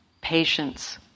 patience